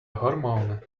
hormone